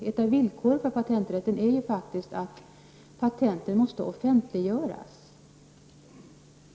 Ett villkor inom patenträtten är faktiskt att patenten måste offentliggöras.